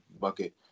bucket